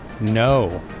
No